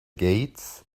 gates